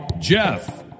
Jeff